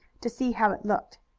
to see how it looked.